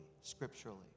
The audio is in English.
scripturally